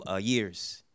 years